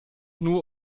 nur